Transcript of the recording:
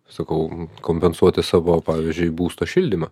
sakau kompensuoti savo pavyzdžiui būsto šildymą